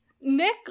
Nick